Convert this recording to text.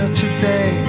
today